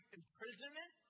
imprisonment